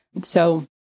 So-